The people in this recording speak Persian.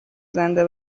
زنده